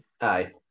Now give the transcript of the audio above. Aye